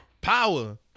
power